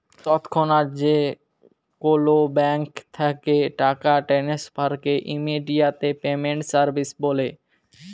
তৎক্ষনাৎ যে কোলো ব্যাংক থ্যাকে টাকা টেনেসফারকে ইমেডিয়াতে পেমেন্ট সার্ভিস ব্যলে